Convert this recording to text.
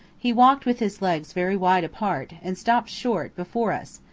he walked with his legs very wide apart, and stopped short before us,